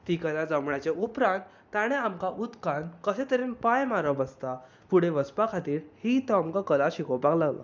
ती कला जमण्याच्या उपरांत ताणें आमकां उदकांत कशें तरेन पांय मारप आसता फुडें वचपा खातीर ही तो आमकां कला शिकोवपाक लागलो